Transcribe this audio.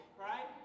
right